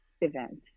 event